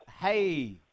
Hey